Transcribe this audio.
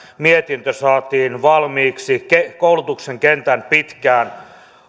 mietintö saatiin valmiiksi koulutuksen kentän pitkään